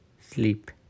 sleep